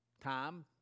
Time